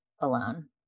alone